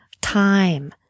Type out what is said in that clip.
time